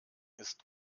ist